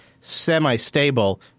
semi-stable